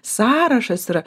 sąrašas yra